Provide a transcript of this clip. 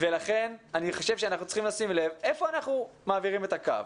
ולכן אני חושב שאנחנו צריכים לשים לב איפה אנחנו מעבירים את הקו.